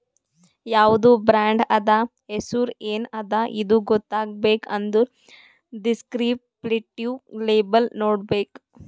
ಯಾವ್ದು ಬ್ರಾಂಡ್ ಅದಾ, ಹೆಸುರ್ ಎನ್ ಅದಾ ಇದು ಗೊತ್ತಾಗಬೇಕ್ ಅಂದುರ್ ದಿಸ್ಕ್ರಿಪ್ಟಿವ್ ಲೇಬಲ್ ನೋಡ್ಬೇಕ್